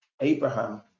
Abraham